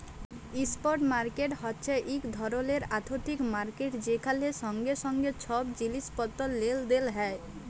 spot market হছে ইক ধরলের আথ্থিক মার্কেট যেখালে সঙ্গে সঙ্গে ছব জিলিস পত্তর লেলদেল হ্যয়